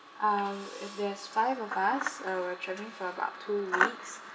um if there's five of us uh we're travelling for about two weeks